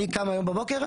אני קם היום בבוקר,